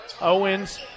owens